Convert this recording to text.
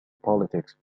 politics